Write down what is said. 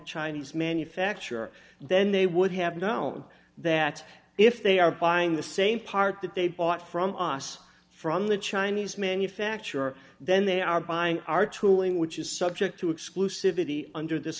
chinese manufacturer then they would have known that if they are buying the same part that they bought from us from the chinese manufacturer then they are buying our tooling which is subject to exclusivity under this